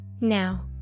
Now